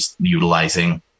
utilizing